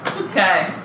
Okay